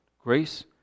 grace